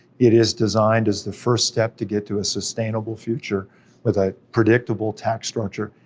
it is designed as the first step to get to a sustainable future with a predictable tax structure.